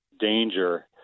danger